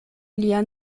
lia